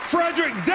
Frederick